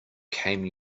came